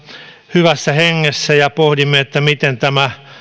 hyvässä hengessä ja pohdimme miten tämä